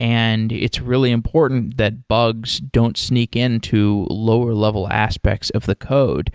and it's really important that bugs don't sneak in to lower-level aspects of the codes.